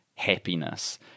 happiness